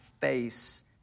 face